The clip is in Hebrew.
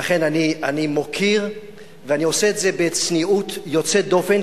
ולכן אני מוקיר ואני עושה את זה בצניעות יוצאת דופן,